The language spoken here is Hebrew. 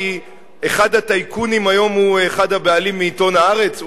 אחד הטייקונים היום הוא אחד הבעלים מעיתון "הארץ"?